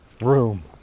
room